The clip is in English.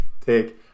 take